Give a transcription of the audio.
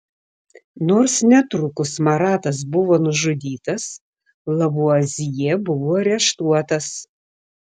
nors netrukus maratas buvo nužudytas lavuazjė buvo areštuotas